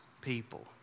people